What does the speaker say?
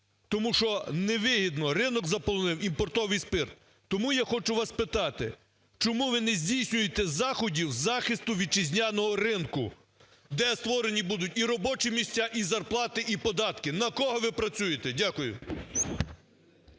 Тому що невигідно, ринок заполонив імпортований спирт. Тому я хочу вас спитати, чому ви не здійснюєте заходів з захисту вітчизняного ринку, де створені будуть і робочі місця, і зарплати, і податки?! На кого ви працюєте? Дякую.